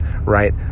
right